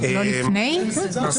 ולכן אני לא אתן לך